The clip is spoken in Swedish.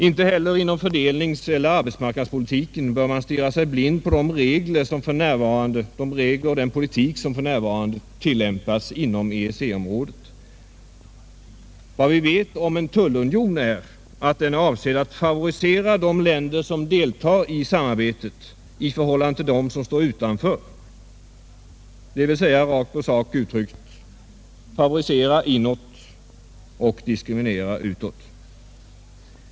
Inte heller inom fördelningseller arbetsmarknadspolitiken bör man stirra sig blind på de regler och den politik som för närvarande tillämpas inom EEC. Vad vi vet om en tullunion är att den är avsedd att favorisera de länder som deltar i samarbetet i förhållande till dem som står utanför, dvs. rakt på sak uttryckt: favorisera inåt och diskriminera utåt.